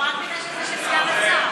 לא, רק בגלל שזה של סגן השר.